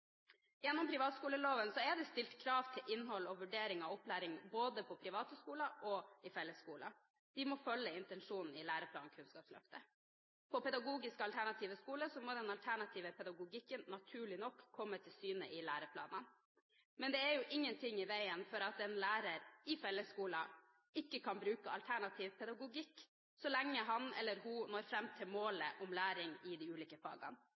Gjennom privatskoleloven er det stilt krav til innhold og vurdering av opplæring både på private skoler og i fellesskoler. De må følge intensjonene i læreplanen og i Kunnskapsløftet. På pedagogisk alternative skoler må den alternative pedagogikken naturlig nok komme til syne i læreplanen. Men det er jo ingen ting i veien for at en lærer i fellesskolen ikke kan bruke alternativ pedagogikk så lenge han eller hun når fram til målet om læring i de ulike fagene.